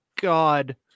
God